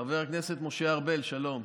חבר הכנסת משה ארבל, שלום.